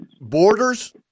borders